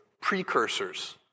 precursors